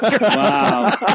Wow